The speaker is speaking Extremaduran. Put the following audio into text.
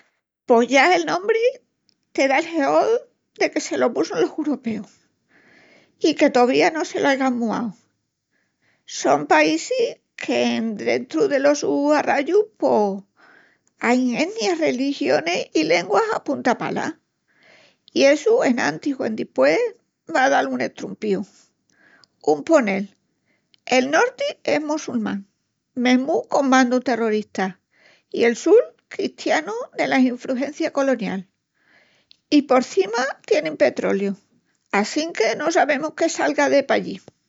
Pos ya el nombri te da el heol de que se lo pusun los uropeus. I que tovía no lo aigan muau… Son paísis qu'endrentu los sus arrayus pos ain etnias, religionis i lenguas a punta pala. I essu enantis o endispués va a dal un estrumpíu. Un ponel, el norti es mossulmán, mesmu con bandus terroristas, i el sul cristianu dela infrugencia colonial. I porcima tienin petroliu. Assinque no sabemus que selga de pallí.